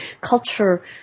culture